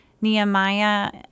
Nehemiah